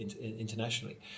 internationally